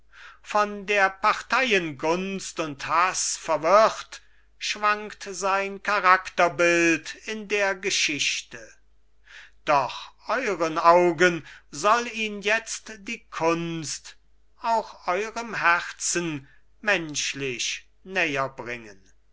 von der parteien gunst und haß verwirrt schwankt sein charakterbild in der geschichte doch euren augen soll ihn jetzt die kunst auch eurem herzen menschlich